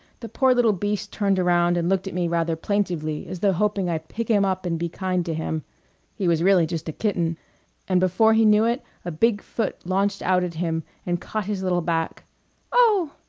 the poor little beast turned around and looked at me rather plaintively as though hoping i'd pick him up and be kind to him he was really just a kitten and before he knew it a big foot launched out at him and caught his little back oh!